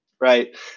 right